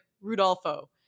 Rudolfo